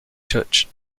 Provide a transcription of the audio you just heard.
church